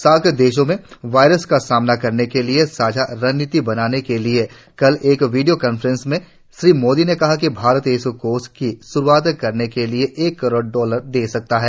SAARC देशों में virus का सामना करने के लिए साझा रणनीतिबनाने के लिए कल एक वीडियो कॉन्फ्रेंस में श्री मोदी ने कहा कि भारत इस कोष की श्रूआतकरने के लिए एक करोड़ डॉलर दे सकता है